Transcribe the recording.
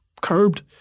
curbed